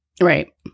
Right